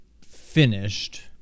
finished